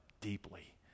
deeply